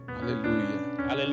hallelujah